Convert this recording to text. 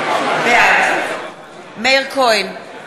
בעד מאיר כהן,